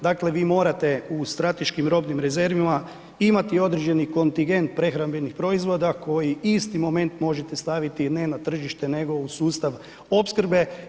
Dakle vi morate u strateškim robnim rezervama imati određeni kontigent prehrambenih proizvoda koji isti moment možete staviti ne na tržište nego u sustav opskrbe.